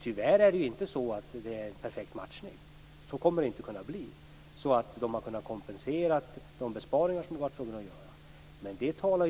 Tyvärr är det inte en perfekt matchning så att de har kunnat kompensera de besparingar man har varit tvungen att göra. Så kommer det inte att kunna bli.